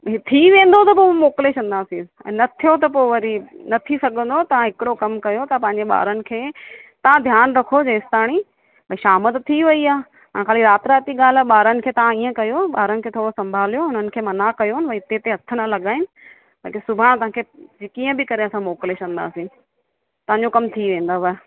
थी वेंदो त पोइ मोकिले छॾंदासीं ऐं न थियो त पोइ वरी नथी सघंदो तव्हां हिकिड़ो कमु कयो त पंहिंजे ॿारनि खे तव्हां ध्यानु रखो जेसताणी त शाम त थी वई आहे हणे ख़ाली राति राति जी ॻाल्हि आहे ॿारनि खे तव्हां ईअं कयो ॿारनि खे थोरो संभालियो उन्हनि खे मना कयो भाई हिते हिते हथ ना लगाइनि बाक़ी सुभाणे तव्हांखे त कीअं बि करे असां मोकिले छॾंदासीं तव्हांजो कम थी वेंदव